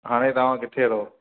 हाणे तव्हां किथे रहो